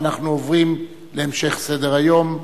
ואנחנו עוברים להמשך סדר-היום.